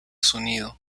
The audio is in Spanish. sonido